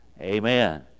amen